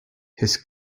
his